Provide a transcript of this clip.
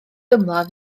ymladd